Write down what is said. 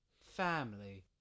family